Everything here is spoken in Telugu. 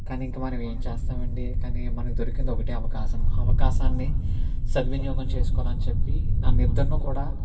కానీ ఇంక మనం ఏం చేస్తాము అండి కానీ మనకు ఇంక దొరికింది ఒకటే అవకాశం అవకాశాన్ని సద్వినియోగం చేసుకోవాలి అని చెప్పి నా నిద్రను కూడా